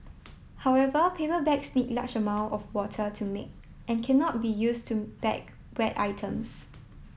however paper bags need large amount of water to make and cannot be used to bag wet items